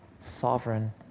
sovereign